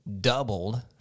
doubled